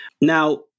Now